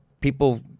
people